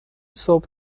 صبح